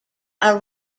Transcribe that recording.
are